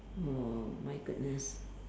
oh my goodness